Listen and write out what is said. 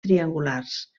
triangulars